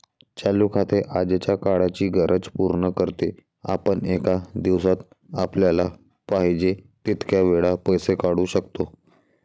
चालू खाते आजच्या काळाची गरज पूर्ण करते, आपण एका दिवसात आपल्याला पाहिजे तितक्या वेळा पैसे काढू शकतो